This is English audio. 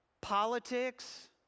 politics